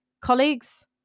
colleagues